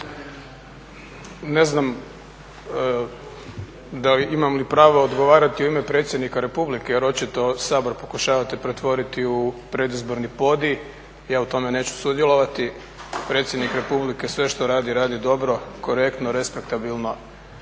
Ne znam imam li pravo odgovarati u ime predsjednika Republike jer očito Sabor pokušavate pretvoriti u predizborni podij, ja u tome neću sudjelovati. Predsjednik Republike, sve što radi, radi dobro, korektno, respektabilno,